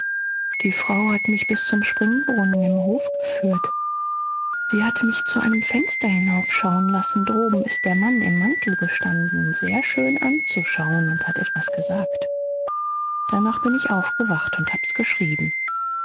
die frau hat mich bis zum springbrunnen im hof geführt sie hat mich zu einem fenster hinaufschauen lassen droben ist der mann im mantel gestanden sehr schön anzuschauen und hat etwas gesagt danach bin ich aufgewacht und hab's geschrieben